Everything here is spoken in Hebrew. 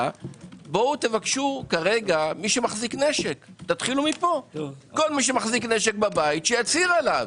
בואו תבקשו כל מי שמחזיק נשק בבית שיצהיר עליו.